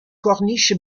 corniche